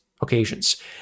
occasions